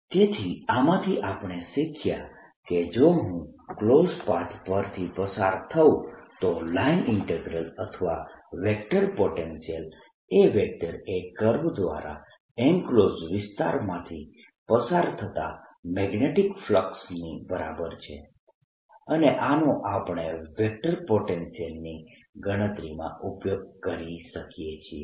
ds તેથી આમાંથી આપણે શીખ્યા કે જો હું ક્લોઝ પાથ પરથી પસાર થઉં તો લાઈન ઈન્ટીગ્રલ અથવા vector potential A A curve દ્વારા એન્ક્લોઝડ વિસ્તારમાંથી પસાર થતા મેગ્નેટીક ફ્લક્સ ની બરાબર છે અને આનો આપણે વેક્ટર પોટેન્શિયલની ગણતરીમાં ઉપયોગ કરી શકીએ છીએ